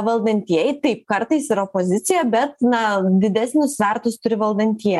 valdantieji taip kartais ir opozicija bet na didesnių svertus turi valdantie